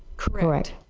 correct?